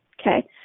okay